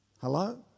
Hello